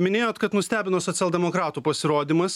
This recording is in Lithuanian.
minėjot kad nustebino socialdemokratų pasirodymas